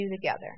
together